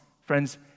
friends